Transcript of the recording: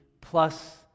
plus